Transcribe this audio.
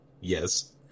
Yes